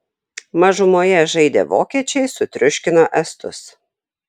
mažumoje žaidę vokiečiai sutriuškino estus